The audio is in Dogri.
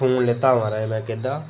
फोन लैता हा म्हाराज में कैह्दा